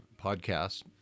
podcast